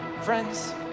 Friends